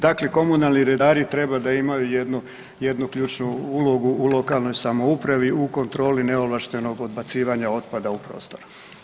Dakle, komunalni redari trebaju imati jednu ključnu ulogu u lokalnoj samoupravi u kontroli neovlaštenog odbacivanja otpada u prostor.